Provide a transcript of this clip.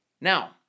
Now